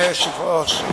אדוני היושב-ראש,